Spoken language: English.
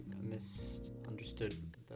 misunderstood